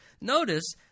notice